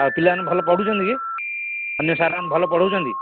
ଆଉ ପିଲାମାନେ ଭଲ ପଢ଼ୁଛନ୍ତି କି ଅନ୍ୟ ସାର୍ମାନେ ଭଲ ପଢ଼ଉଛନ୍ତି